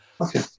Okay